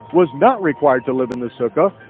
was not required to live in the sukkah,